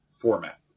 format